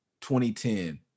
2010